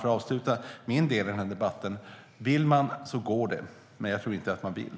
Jag avslutar min del i debatten med att säga att om man vill så går det, men jag tror inte att man vill.